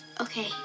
Okay